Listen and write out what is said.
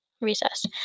recess